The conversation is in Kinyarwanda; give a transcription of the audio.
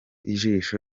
ijisho